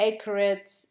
accurate